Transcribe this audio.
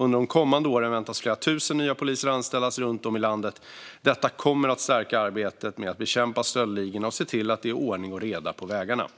Under de kommande åren väntas flera tusen nya poliser anställas runt om i landet. Detta kommer att stärka arbetet med att bekämpa stöldligorna och se till att det är ordning och reda på vägarna.